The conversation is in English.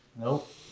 Nope